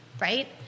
right